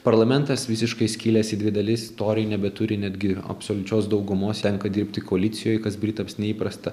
parlamentas visiškai skilęs į dvi dalis toriai nebeturi netgi absoliučios daugumos tenka dirbti koalicijoj kas britams neįprasta